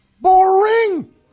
Boring